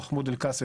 קאסם.